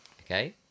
Okay